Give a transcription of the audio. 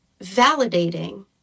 validating